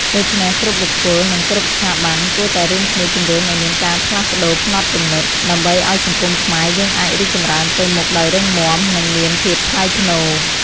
ដូច្នេះ គ្រប់បុគ្គល និងគ្រប់ស្ថាប័ន គួរតែរួមគ្នាជំរុញឲ្យមានការផ្លាស់ប្ដូរផ្នត់គំនិត ដើម្បីឲ្យសង្គមខ្មែរយើងអាចរីកចម្រើនទៅមុខដោយរឹងមាំ និងមានភាពថ្លៃថ្នូរ។